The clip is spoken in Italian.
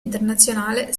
internazionale